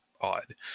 odd